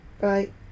Right